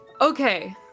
Okay